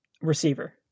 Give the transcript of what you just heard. Receiver